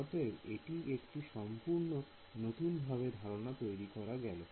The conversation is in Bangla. অতএব এটি একটি সম্পূর্ণ নতুনভাবে ধারণা দেওয়া যায়